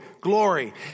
glory